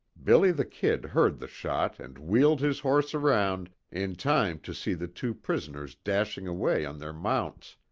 billy the kid heard the shot and wheeled his horse around in time to see the two prisoners dashing away on their mounts.